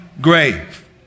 grave